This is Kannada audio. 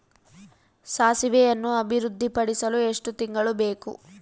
ಸಾಸಿವೆಯನ್ನು ಅಭಿವೃದ್ಧಿಪಡಿಸಲು ಎಷ್ಟು ತಿಂಗಳು ಬೇಕು?